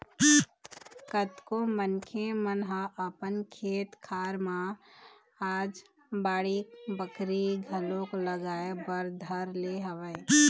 कतको मनखे मन ह अपन खेत खार मन म आज बाड़ी बखरी घलोक लगाए बर धर ले हवय